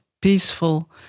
peaceful